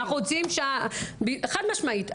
אנחנו רוצים חד משמעית,